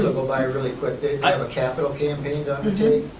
so go by really quickly. if i have a capital campaign down the team,